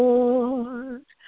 Lord